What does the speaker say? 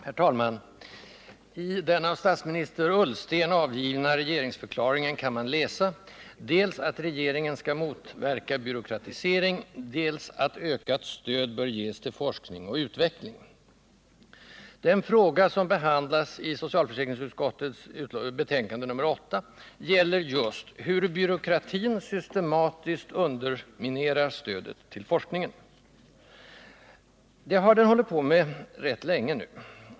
Herr talman! I den av statsminister Ullsten avgivna regeringsförklaringen kan man läsa dels att ”regeringen skall motverka byråkratisering”, dels att det skall ges ”ökat stöd till forskning och utveckling”. Den fråga som behandlas i socialförsäkringsutskottets betänkande nr 8 gäller just hur byråkratin systematiskt underminerar stödet till forskningen. Det har den hållit på med rätt länge nu.